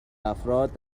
افراد